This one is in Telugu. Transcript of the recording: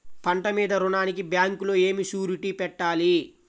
పంట మీద రుణానికి బ్యాంకులో ఏమి షూరిటీ పెట్టాలి?